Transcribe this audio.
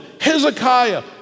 Hezekiah